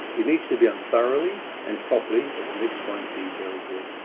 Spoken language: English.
it needs to be on thoroughly and properly, or the mix won't be very good.